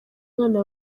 umwana